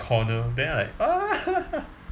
corner then I like